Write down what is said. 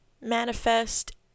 manifest